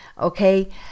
Okay